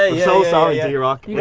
ah yeah so sorry yeah drock. yeah